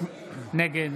נגד